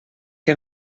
que